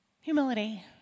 Humility